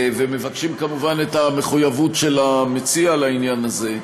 ומבקשים כמובן את המחויבות של המציע לעניין הזה,